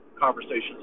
conversations